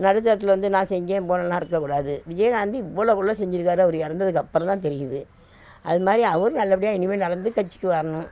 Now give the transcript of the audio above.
நடுத்தரத்தில் வந்து நான் செஞ்சேன் போனேன்னுலாம் இருக்கக்கூடாது விஜயகாந்த் இவ்ளோக்குல்லாம் செஞ்சுருக்காரு அவர் இறந்ததுக்கு அப்புறம் தான் தெரியுது அது மாதிரி அவரும் நல்லபடியாக இனிமேல் நடந்து கட்சிக்கு வரணும்